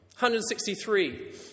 163